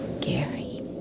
Gary